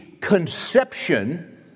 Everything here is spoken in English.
conception